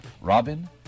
Robin